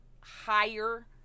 higher